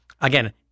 again